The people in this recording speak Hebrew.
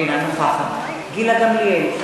אינה נוכחת גילה גמליאל,